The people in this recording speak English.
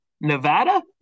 Nevada